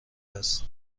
است